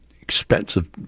expensive